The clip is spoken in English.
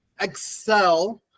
excel